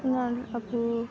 उनीहरूले अब